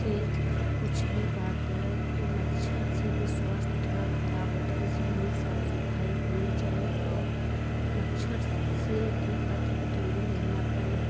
थे कुछ भी काटता है तो मच्छर से फिर स्वास्थय थोड़ा खराब होता है इसलिए हमें साफ सफाई करने चाहिए और मच्छर से भी अधिक दूरी रहना पड़े